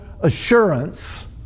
assurance